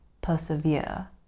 persevere